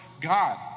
God